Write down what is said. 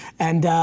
and,